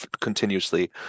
continuously